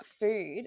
food